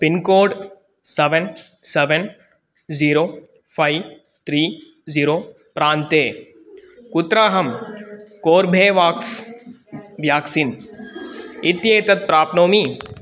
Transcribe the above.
pincode seven seven zero five three zero प्रान्ते कुत्र Corbevax vaccine इत्येतत् प्राप्नोमि